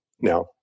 Now